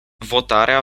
votarea